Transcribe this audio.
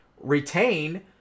retain